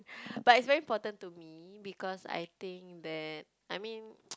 but it's very important to me because I think that I mean